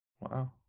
Wow